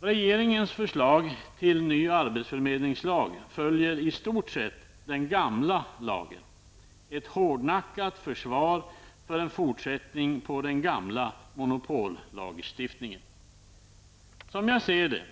Regeringens förslag till ny arbetsförmedlingslag följer i stort sett den gamla lagen. Det är ett hårdnackat försvar för en fortsättning på den gamla monopollagstiftningen. Som jag ser det